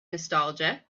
nostalgia